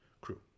crew